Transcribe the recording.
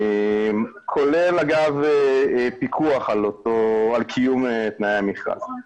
כולל אגב פיקוח על קיום תנאי המכרז.